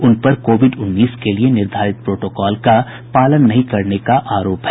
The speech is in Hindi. उनपर कोविड उन्नीस के लिए निर्धारित प्रोटोकोल का पालन नहीं करने का आरोप है